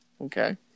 Okay